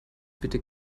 bitte